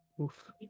Oof